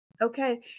okay